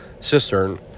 cistern